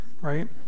right